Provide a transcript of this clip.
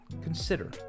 Consider